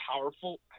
powerful